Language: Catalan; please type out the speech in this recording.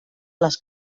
les